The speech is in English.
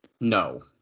No